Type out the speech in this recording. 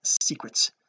secrets